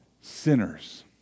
sinners